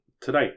Today